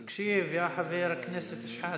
תקשיב, יא חבר הכנסת שחאדה.